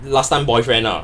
last time boyfriend lah